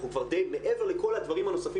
אנחנו דיי מעבר לכל הדברים הנוספים